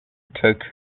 took